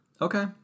Okay